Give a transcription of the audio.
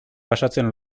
pasatzen